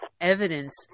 evidence—